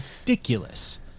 ridiculous